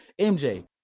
MJ